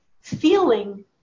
feeling